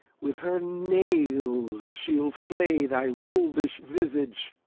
with her nails she'll flay thy wolvish visage.